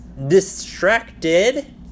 distracted